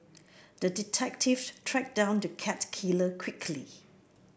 the detective tracked down the cat killer quickly